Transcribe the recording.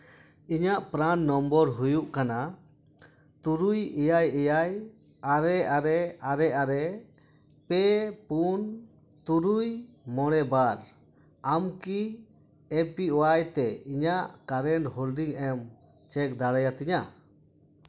ᱤᱧᱟᱹᱜ ᱯᱨᱟᱱ ᱱᱚᱢᱵᱚᱨ ᱦᱩᱭᱩᱜ ᱠᱟᱱᱟ ᱛᱩᱨᱩᱭ ᱮᱭᱟᱭ ᱮᱭᱟᱭ ᱟᱨᱮ ᱟᱨᱮ ᱟᱨᱮ ᱟᱨᱮ ᱯᱮ ᱯᱩᱱ ᱛᱩᱨᱩᱭ ᱢᱚᱬᱮ ᱵᱟᱨ ᱟᱢᱠᱤ ᱮᱯ ᱳᱣᱟᱭ ᱛᱮ ᱤᱧᱟᱹᱜ ᱠᱟᱨᱮᱱᱴ ᱦᱳᱞᱰᱤᱝ ᱮᱢ ᱪᱮᱠ ᱫᱟᱲᱮᱭᱟᱛᱤᱧᱟᱹ